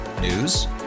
News